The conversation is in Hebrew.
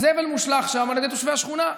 הזבל מושלך שם על ידי תושבי השכונה,